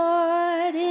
Lord